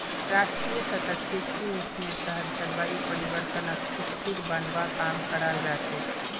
राष्ट्रीय सतत कृषि मिशनेर तहत जलवायु परिवर्तनक स्थिर बनव्वा काम कराल जा छेक